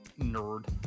nerd